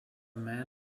man